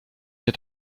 mnie